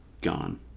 Gone